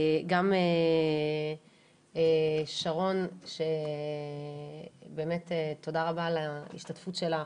גם שרון שבאמת תודה רבה על ההשתתפות שלך,